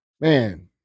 man